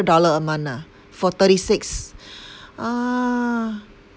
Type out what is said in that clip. dollar a month ah for thirty six ah